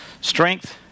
strength